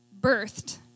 birthed